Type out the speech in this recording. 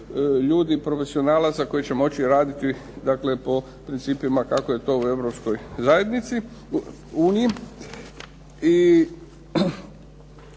ljudi i profesionalaca koji će moći raditi, dakle po principima kako je to u Europskoj zajednici, Uniji.